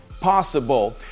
possible